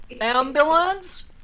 Ambulance